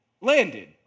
landed